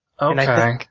Okay